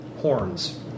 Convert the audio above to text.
horns